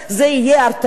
זה יהיה הרתעה,